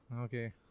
Okay